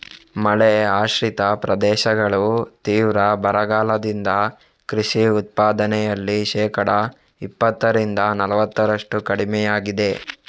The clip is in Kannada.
ಮಳೆ ಆಶ್ರಿತ ಪ್ರದೇಶಗಳು ತೀವ್ರ ಬರಗಾಲದಿಂದ ಕೃಷಿ ಉತ್ಪಾದನೆಯಲ್ಲಿ ಶೇಕಡಾ ಇಪ್ಪತ್ತರಿಂದ ನಲವತ್ತರಷ್ಟು ಕಡಿಮೆಯಾಗಿದೆ